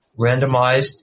randomized